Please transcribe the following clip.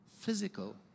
Physical